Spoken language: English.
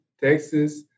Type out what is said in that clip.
Texas